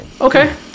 Okay